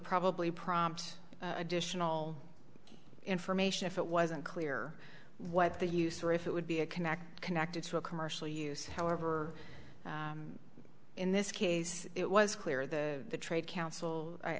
probably prompt additional information if it wasn't clear what the use or if it would be a contract connected to a commercial use however in this case it was clear the trade council i